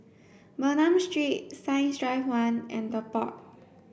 Bernam Street Science Drive one and The Pod